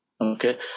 Okay